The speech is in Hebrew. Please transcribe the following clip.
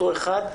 אותו אחד,